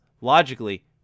Logically